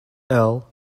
earl